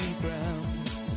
ground